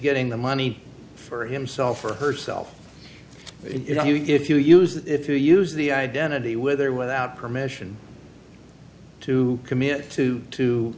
getting the money for himself or herself if you use if you use the identity with or without permission to commit to to